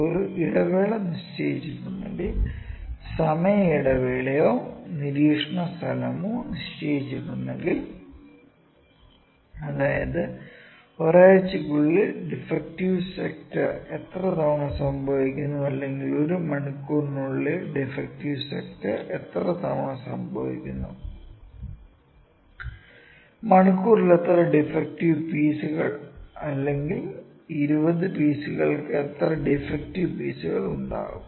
ഒരു ഇടവേള നിശ്ചയിച്ചിട്ടുണ്ടെങ്കിൽ സമയ ഇടവേളയോ നിരീക്ഷണ സ്ഥലമോ നിശ്ചയിച്ചിട്ടുണ്ടെങ്കിൽ അതായതു ഒരാഴ്ചയ്ക്കുള്ളിൽ ഡിഫെക്ടിവ് സെക്ടർ എത്ര തവണ സംഭവിക്കുന്നു അല്ലെങ്കിൽ ഒരു മണിക്കൂറിനുള്ളിൽ ഡിഫെക്ടിവ് സെക്ടർ എത്ര തവണ സംഭവിക്കുന്നു മണിക്കൂറിൽ എത്ര ഡിഫെക്ടിവ് പീസുകൾ അല്ലെങ്കിൽ 20 പീസുകൾക്കു എത്ര ഡിഫെക്ടിവ് പീസുകൾ ഉണ്ടാകും